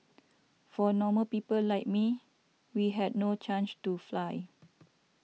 for normal people like me we had no change to fly